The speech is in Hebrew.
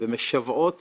ומשוועות